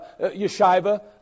Yeshiva